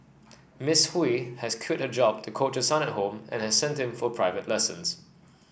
Miss Hui has quit her job to coach her son at home and has sent him for private lessons